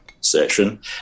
session